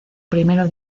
primero